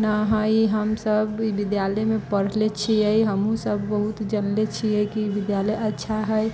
ना हइ हमसभ ई विद्यालयमे पढ़ने छियै हमहूँसभ बहुत जनले छियै कि विद्यालय अच्छा हइ